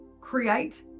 create